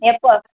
எப்போ